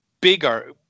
bigger